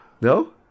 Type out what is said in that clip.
No